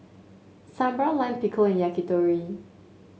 Sambar Lime Pickle and Yakitori